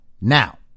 Now